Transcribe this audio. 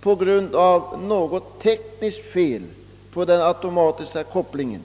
på grund av något tekniskt fel på den automatiska kopplingen, har statsrådet inte berört.